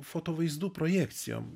foto vaizdų projekcijom